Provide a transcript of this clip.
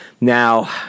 Now